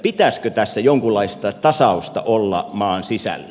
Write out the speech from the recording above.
pitäisikö tässä jonkunlaista tasausta olla maan sisällä